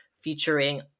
featuring